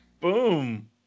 Boom